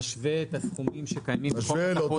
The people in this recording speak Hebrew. נשווה את הסכומים הקיימים לחוק התחרות